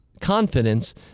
confidence